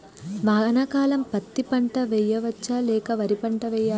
వానాకాలం పత్తి పంట వేయవచ్చ లేక వరి పంట వేయాలా?